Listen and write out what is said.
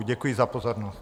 Děkuji za pozornost.